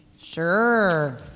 Sure